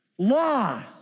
Law